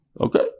Okay